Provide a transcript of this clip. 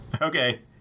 Okay